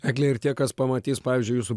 egle ir tie kas pamatys pavyzdžiui jūsų